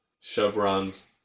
chevrons